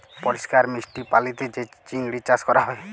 পরিষ্কার মিষ্টি পালিতে যে চিংড়ি চাস ক্যরা হ্যয়